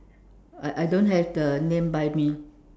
I I don't have the name buy me